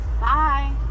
Bye